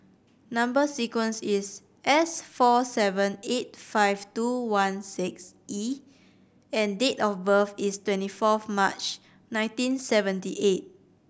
number sequence is S four seven eight five two one six E and date of birth is twenty four of March nineteen seventy eight